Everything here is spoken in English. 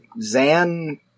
Zan